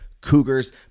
Cougars